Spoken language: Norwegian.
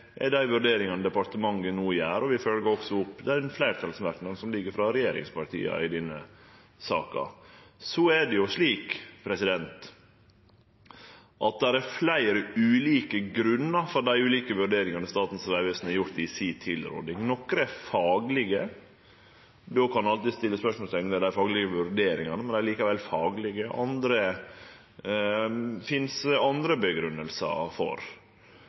er dei vurderingane departementet no gjer, og vi følgjer også opp den fleirtalsmerknaden som ligg frå regjeringspartia i denne saka. Så er det jo slik at det er fleire ulike grunnar for dei ulike vurderingane Statens vegvesen har gjort i tilrådinga si. Nokre er faglege – ein kan alltid stille spørsmål ved dei faglege vurderingane, men dei er likevel faglege – og andre vurderingar finst det andre grunngjevingar for.